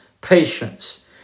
patience